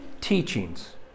teachings